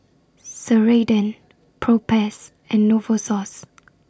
Ceradan Propass and Novosource